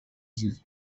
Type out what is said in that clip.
dee